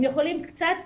הם יכולים קצת